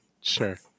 Sure